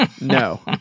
No